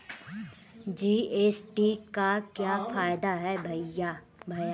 GST का क्या फायदा है भैया?